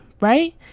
right